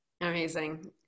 Amazing